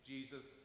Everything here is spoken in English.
Jesus